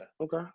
okay